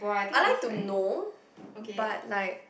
I like to know but like